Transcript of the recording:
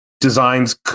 designs